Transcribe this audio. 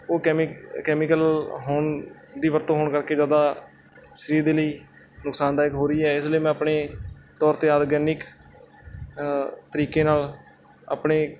ਉਹ ਕੈਮੀ ਕੈਮੀਕਲ ਹੋਣ ਦੀ ਵਰਤੋਂ ਹੋਣ ਕਰਕੇ ਜ਼ਿਆਦਾ ਸਰੀਰ ਦੇ ਲਈ ਨੁਕਸਾਨ ਦਾਇਕ ਹੋ ਰਹੀ ਹੈ ਇਸ ਲਈ ਮੈਂ ਆਪਣੇ ਤੌਰ 'ਤੇ ਆਰਗੈਨਿਕ ਤਰੀਕੇ ਨਾਲ ਆਪਣੇ